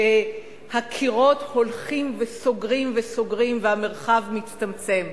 שהקירות הולכים וסוגרים וסוגרים וסוגרים והמרחב מצטמצם?